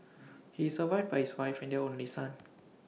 he is survived by his wife and their only son